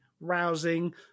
rousing